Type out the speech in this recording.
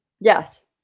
Yes